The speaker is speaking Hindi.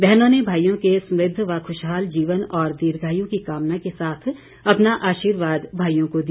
बहनों ने भाईयों के समृद्ध व ख्शहाल जीवन और दीर्घायु की कामना के साथ अपना आशीर्वाद भाई को दिया